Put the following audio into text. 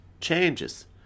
changes